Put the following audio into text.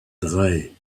drei